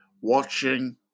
watching